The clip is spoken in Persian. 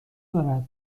دارد